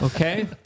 Okay